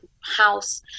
house